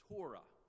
Torah